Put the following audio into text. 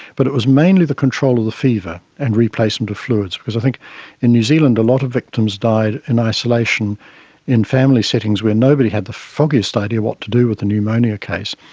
but it was mainly the control of the fever, and replacement of fluids, because i think in new zealand a lot of victims died in isolation in family settings, where nobody had the foggiest idea what to do with a pneumonia case.